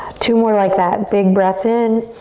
two more like that. big breath in